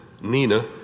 Nina